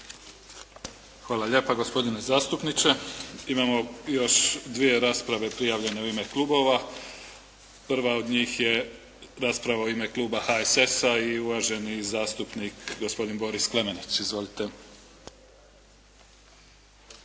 Hvala lijepa gospodine zastupniče. Imamo još dvije rasprave prijavljene u ime klubova. Prva od njih je rasprava u ime kluba HSS-a i uvaženi zastupnik gospodin Boris Klemenić. Izvolite.